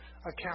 account